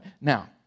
Now